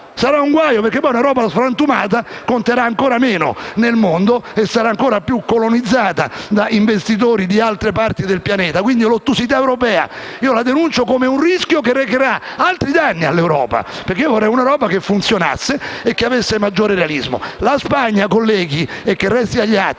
sarà un problema, perché un'Europa frantumata conterà ancora meno nel mondo e sarà ancora più colonizzata da investitori di altre parti del pianeta. Denuncio l'ottusità europea come un rischio che recherà altri danni all'Europa. Vorrei un'Europa che funzionasse e che avesse maggiore realismo. Colleghi, la Spagna - e che resti agli atti